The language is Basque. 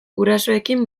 gurasoekin